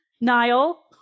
Niall